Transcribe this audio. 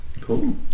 cool